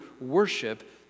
worship